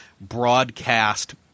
broadcast